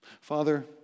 Father